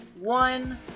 one